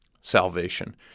salvation